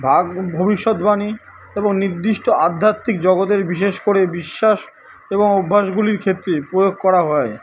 ভাগ ভবিষ্যতবাণী এবং নির্দিষ্ট আধ্যাত্মিক জগতের বিশেষ করে বিশ্বাস এবং অভ্যাসগুলির ক্ষেত্রে প্রয়োগ করা হয়